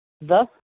Thus